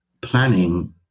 planning